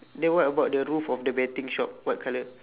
then what about the roof of the betting shop what colour